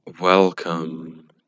Welcome